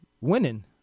winning